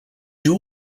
duo